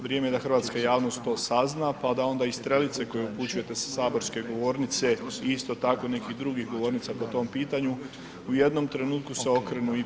Vrijeme je da hrvatska javnost to sazna pa da onda i strelice koje upućujete sa saborske govornice isto tako i nekih drugih govornica po tom pitanju u jednom trenutku se okrenu i prema vama.